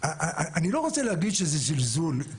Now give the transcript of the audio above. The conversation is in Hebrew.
אני לא רוצה להגיד שזה זלזול,